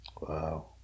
Wow